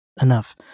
enough